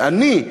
ואני,